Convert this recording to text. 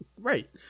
Right